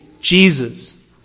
Jesus